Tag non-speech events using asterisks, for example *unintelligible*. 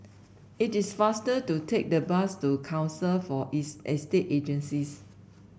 it is faster to take the bus to Council for *unintelligible* Estate Agencies